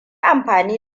amfani